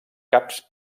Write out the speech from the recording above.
caps